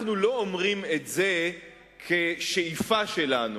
אנחנו לא אומרים את זה כשאיפה שלנו.